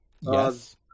Yes